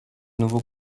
nouveaux